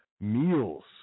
meals